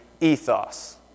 ethos